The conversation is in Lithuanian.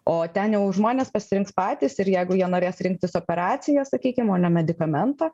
o ten jau žmonės pasirinks patys ir jeigu jie norės rinktis operaciją sakykim o ne medikamentą